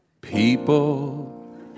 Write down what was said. People